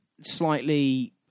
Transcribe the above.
slightly